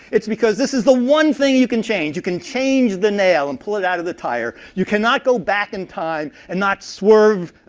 it's because this is the one thing you can change. you can change the nail and pull it out of the tire. you cannot go back and time and not swerve,